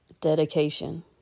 Dedication